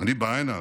אני בא הנה